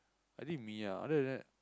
I think Miya other than that